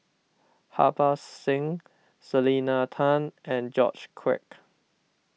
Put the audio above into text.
Harbans Singh Selena Tan and George Quek